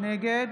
נגד